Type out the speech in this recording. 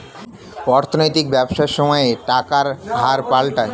অর্থনৈতিক ব্যবসায় সময়ে সময়ে টাকার হার পাল্টায়